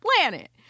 planet